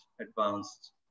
advanced